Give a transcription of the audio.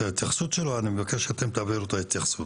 אני מכאן רוצה להודות לכל מי שהשתתף.